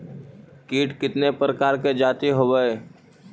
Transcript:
कीट कीतने प्रकार के जाती होबहय?